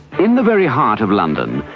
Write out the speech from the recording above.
in the very heart of london,